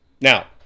Now